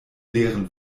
leeren